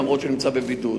למרות שהוא נמצא בבידוד.